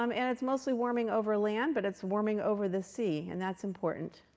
um and it's mostly warming over land, but it's warming over the sea, and that's important.